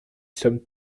sommes